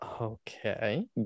Okay